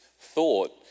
thought